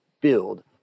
build